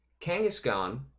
kangaskhan